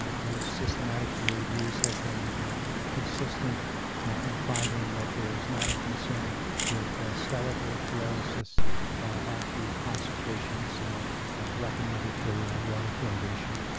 ah those systematic reviews have been consistent in finding that there is not a concern with skeletal fluorosis at the concentrations recommended for water fluoridation.